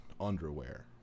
underwear